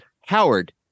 Howard